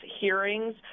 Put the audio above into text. hearings